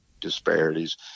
disparities